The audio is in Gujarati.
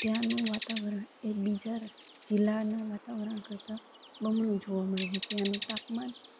ત્યાંનું વાતાવરણ એ બીજા જિલ્લાનાં વાતાવરણ કરતાં બમણું જોવા મળે છે ત્યાંનું તાપમાન